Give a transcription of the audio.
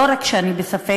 לא רק שאני בספק,